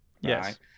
Yes